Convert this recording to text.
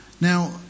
Now